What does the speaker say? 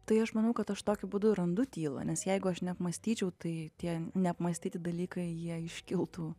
tai aš manau kad aš tokiu būdu randu tylą nes jeigu aš neapmąstyčiau tai tie neapmąstyti dalykai jie iškiltų